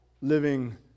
living